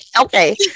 okay